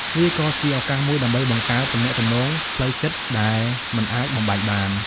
វាក៏ជាឱកាសមួយដើម្បីបង្កើតទំនាក់ទំនងផ្លូវចិត្តដែលមិនអាចបំបែកបាន។